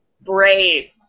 brave